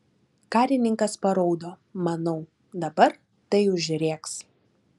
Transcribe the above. karininkas paraudo manau dabar tai užrėks